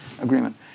agreement